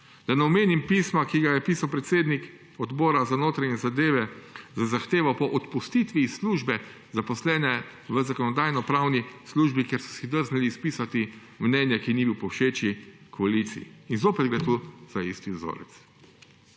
Da ne omenim pisma, ki ga je pisal predsednik odbora za notranje zadeve, z zahtevo po odpustitvi iz službe zaposlene v Zakonodajno-pravni službi, ker so si drznili spisati mnenje, ki ni bilo povšeči koaliciji. In zopet gre tu za isti vzorec